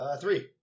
Three